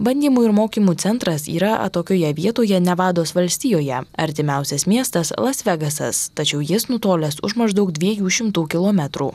bandymų ir mokymų centras yra atokioje vietoje nevados valstijoje artimiausias miestas las vegasas tačiau jis nutolęs už maždaug dviejų šimtų kilometrų